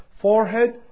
forehead